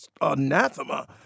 anathema